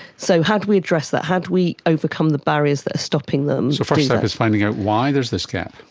so how do we address that, how do we overcome the barriers that are stopping them? so first step is finding out why there's this gap.